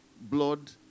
blood